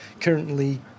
Currently